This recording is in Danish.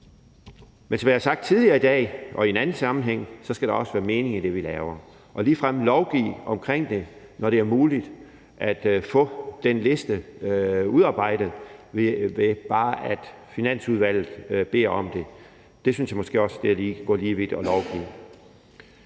Men som jeg har sagt tidligere i dag og i en anden sammenhæng, skal der også være mening i det, vi laver. Ligefrem at lovgive om det, når det er muligt at få den liste udarbejdet, bare ved at Finansudvalget beder om det, synes jeg måske også er at gå lige vidt nok.